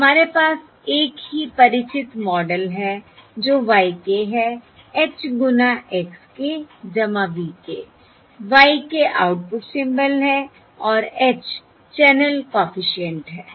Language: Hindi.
तो हमारे पास एक ही परिचित मॉडल है जो y k है h गुना x k v k y k output symbol है और h चैनल कॉफिशिएंट है